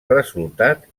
resultat